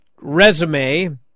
resume